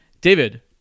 David